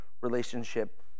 relationship